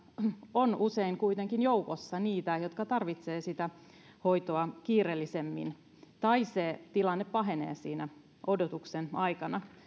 on usein kuitenkin joukossa niitä jotka tarvitsevat sitä hoitoa kiireellisemmin tai se tilanne pahenee siinä odotuksen aikana